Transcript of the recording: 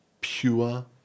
pure